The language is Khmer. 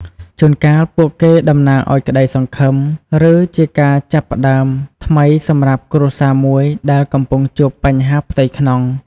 ជួនកាលពួកគេតំណាងឱ្យក្តីសង្ឃឹម ឬជាការចាប់ផ្ដើមថ្មីសម្រាប់គ្រួសារមួយដែលកំពុងជួបបញ្ហាផ្ទៃក្នុង។